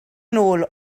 nôl